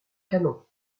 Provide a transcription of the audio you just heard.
canon